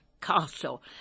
Castle